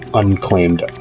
unclaimed